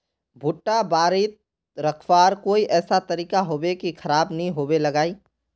भुट्टा बारित रखवार कोई ऐसा तरीका होबे की खराब नि होबे लगाई?